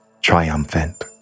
triumphant